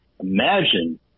Imagine